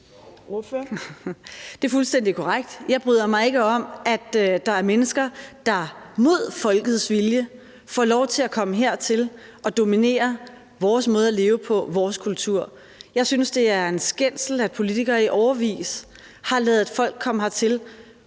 Det er fuldstændig korrekt. Jeg bryder mig ikke om, at der er mennesker, der mod folkets vilje får lov til at komme hertil og dominere vores måde at leve på, vores kultur. Jeg synes, det er en skændsel, at politikere i årevis har ladet folk komme hertil,